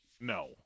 No